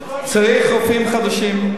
צריך רופאים חדשים,